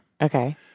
Okay